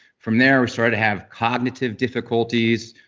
from there, i started to have cognitive difficulties,